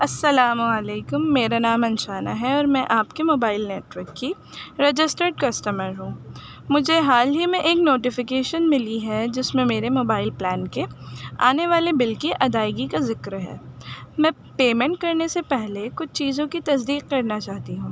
السلام علیکم میرا نام انشانہ ہے اور میں آپ کے موبائل نیٹورک کی رجسٹرڈ کسٹمر ہوں مجھے حال ہی میں ایک نوٹیفیکیشن ملی ہے جس میں میرے موبائل پلان کے آنے والے بل کی ادائیگی کا ذکر ہے میں پیمنٹ کرنے سے پہلے کچھ چیزوں کی تصدیق کرنا چاہتی ہوں